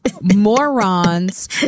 morons